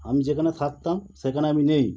আমি যেখানে থাকতাম সেখানে আমি নেই